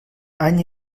any